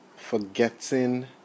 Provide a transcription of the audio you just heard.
forgetting